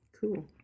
Cool